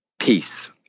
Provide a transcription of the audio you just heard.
peace